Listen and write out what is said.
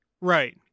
Right